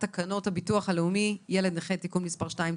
תקנות הביטוח הלאומי(ילד נכה) (תיקון מס' 2),